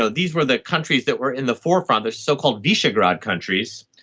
so these were the countries that were in the forefront, the so-called visegrad countries,